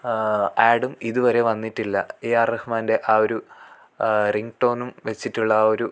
ആഡും ഇതുവരെ വന്നിട്ടില്ല A R റഹ്മാൻ്റെ ആ ഒരു റിങ്ടോണും വെച്ചിട്ടുള്ള ആ ഒരു